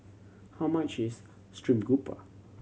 how much is stream grouper